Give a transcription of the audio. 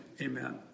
amen